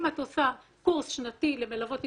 אם אתה עושה קורס שנתי למלוות התפתחותיות,